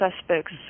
suspects